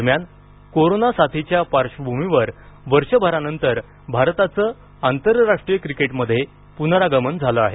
दरम्यान कोरोना साथीच्या पार्श्वभूमीवर वर्षभरानंतर भारताचं आंतरराष्ट्रीय क्रिकेटमध्ये पुनरागमन झालं आहे